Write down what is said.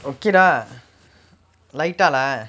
okay lah light dah lah